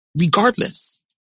regardless